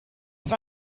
ist